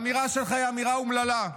האמירה שלך היא אמירה אומללה.